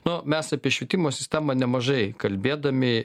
nu mes apie švietimo sistemą nemažai kalbėdami